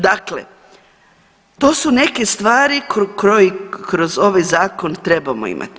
Dakle, to su neke stvari koje kroz ovaj zakon trebamo imati.